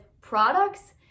products